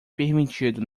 permitido